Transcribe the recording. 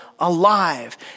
Alive